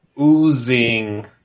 oozing